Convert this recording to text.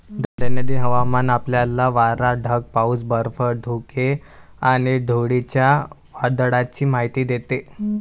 दैनंदिन हवामान आपल्याला वारा, ढग, पाऊस, बर्फ, धुके आणि धुळीच्या वादळाची माहिती देते